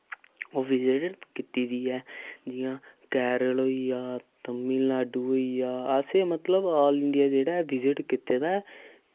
ओह् विजिट कीती दी ऐ जि'यां कैरल होई गेआ तमिलनाडु होई गेआ असें मतलब आल इंडिया जेह्ड़ा ऐ विजिट कीते दा ऐ